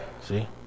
See